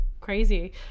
crazy